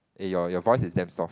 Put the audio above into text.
eh your your voice is damn soft